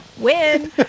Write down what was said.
win